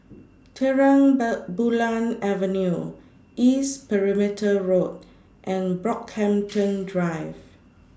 Terang Bulan Avenue East Perimeter Road and Brockhampton Drive